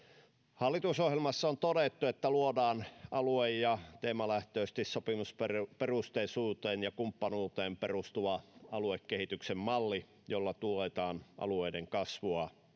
hallitusohjelmassa on todettu että luodaan alue ja teemalähtöisesti sopimusperusteisuuteen ja kumppanuuteen perustava aluekehityksen malli jolla tuetaan alueiden kasvua